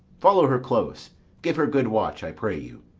follow her close give her good watch, i pray you.